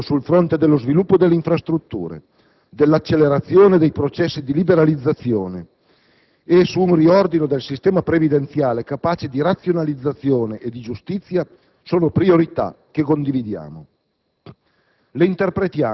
un forte impegno sul fronte dello sviluppo delle infrastrutture, l'accelerazione dei processi di liberalizzazione ed un riordino del sistema previdenziale capace di razionalizzazione e di giustizia sono priorità che condividiamo